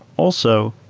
also,